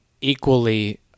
equally